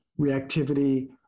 reactivity